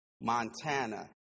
Montana